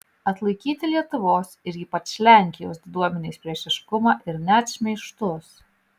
atlaikyti lietuvos ir ypač lenkijos diduomenės priešiškumą ir net šmeižtus